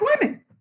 women